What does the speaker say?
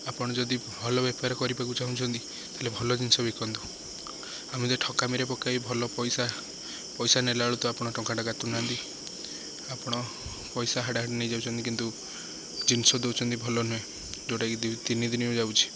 ଆପଣ ଯଦି ଭଲ ବେପାର କରିବାକୁ ଚାହୁଁଛନ୍ତି ତାହେଲେ ଭଲ ଜିନିଷ ବିକନ୍ତୁ ଆମେ ଯଦି ଠକାମିରେ ପକାଇ ଭଲ ପଇସା ପଇସା ନେଲା ବେଳୁ ତ ଆପଣ ଟଙ୍କାଟା କାଟୁ ନାହାନ୍ତି ଆପଣ ପଇସା ହାଡ଼ାହାଡ଼ ନେଇଯାଉଛନ୍ତି କିନ୍ତୁ ଜିନିଷ ଦେଉଛନ୍ତି ଭଲ ନୁହେଁ ଯେଉଁଟାକି ଦୁଇ ତିନିଦିନ ଯାଉଛି